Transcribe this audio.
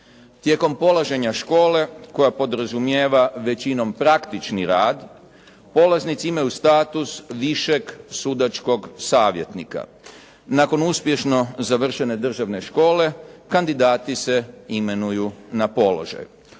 Tijekom polaženja škole koja podrazumijeva većinom praktični rad, polaznici imaju status višeg sudačkog savjetnika. Nakon uspješno završene državne škole, kandidati se imenuju na položaje.